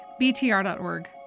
BTR.org